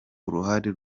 uruhare